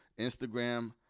Instagram